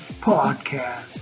podcast